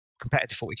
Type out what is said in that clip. competitive